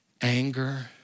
anger